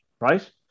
right